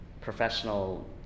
professional